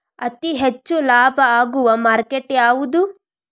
ಅತಿ ಹೆಚ್ಚು ಲಾಭ ಆಗುವ ಮಾರ್ಕೆಟ್ ಯಾವುದು?